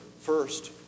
first